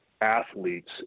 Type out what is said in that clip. athletes